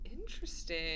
Interesting